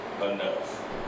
enough